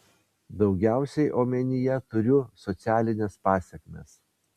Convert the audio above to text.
daugiausiai omenyje turiu socialines pasekmes